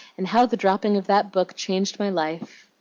and how the dropping of that book changed my life!